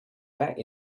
back